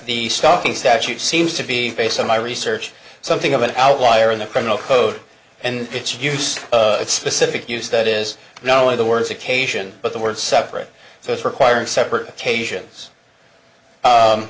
the stocking statute seems to be based on my research something of an outlier in the criminal code and it's use a specific use that is not only the words occasion but the word separate so it's requiring separate occasions